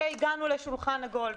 כשהגענו לשולחן עגול,